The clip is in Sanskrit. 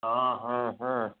आ हा हा